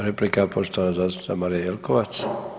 Replika poštovana zastupnica Marija Jelkovac.